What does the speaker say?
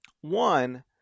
One